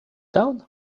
down